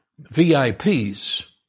vips